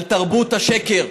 על תרבות השקר,